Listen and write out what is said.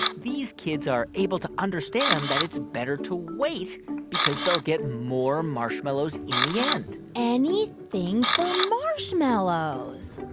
these kids are able to understand that it's better to wait because they'll get more marshmallows in the end anything for marshmallows.